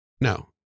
No